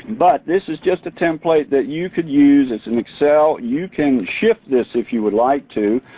but this is just a template that you can use as an excel. you can shift this if you would like to.